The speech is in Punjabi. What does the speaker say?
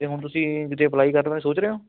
ਅਤੇ ਹੁਣ ਤੁਸੀਂ ਵੀ ਜੇ ਅਪਲਾਈ ਕਰਨ ਦਾ ਸੋਚ ਰਹੇ ਹੋ